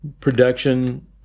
production